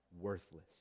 worthless